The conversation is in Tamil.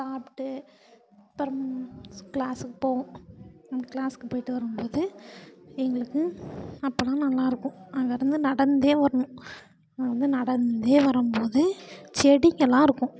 சாப்பிட்டு அப்புறம் கிளாஸுக்கு போவோம் கிளாஸுக்கு போயிட்டு வரும் போது எங்களுக்கு அப்போ தான் நல்லா இருக்கும் அங்கே இருந்து நடந்தே வரணும் நான் வந்து நடந்தே வரும் போது செடிங்களாம் இருக்கும்